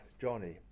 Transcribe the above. Johnny